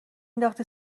نداختی